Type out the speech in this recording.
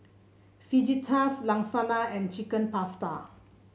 Fajitas Lasagna and Chicken Pasta